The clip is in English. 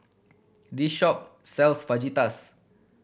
this shop sells Fajitas